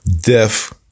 death